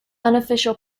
unofficial